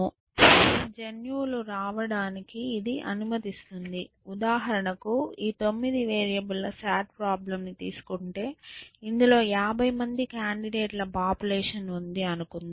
క్రొత్త జన్యువులు రావడానికి ఇది అనుమతిస్తుంది ఉదాహరణకు ఈ 9 వేరియబుల్ ల SAT ప్రాబ్లెమ్ ని తీసుకుంటే ఇందులో 50 మంది కాండిడేట్ల పాపులేషన్ ఉంది అనుకుందాం